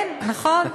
כן, נכון.